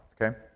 Okay